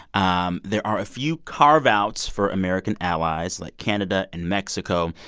um there are a few carve-outs for american allies like canada and mexico.